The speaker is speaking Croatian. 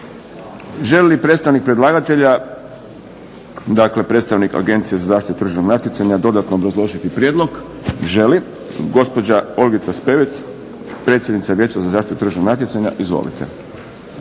primili na sjednici. Želi li predstavnik Agencije za zaštitu tržišnog natjecanja dodatno obrazložiti prijedlog? Želi. Gospođa Olgica Spevec, predsjednica Vijeća za zaštitu tržišnog natjecanja. Izvolite.